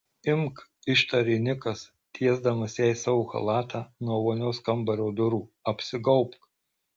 imk ištarė nikas tiesdamas jai savo chalatą nuo vonios kambario durų apsigaubk